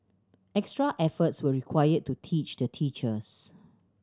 extra efforts were required to teach the teachers